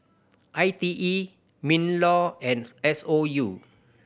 I T E MinLaw and S O U